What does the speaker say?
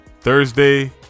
Thursday